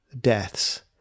deaths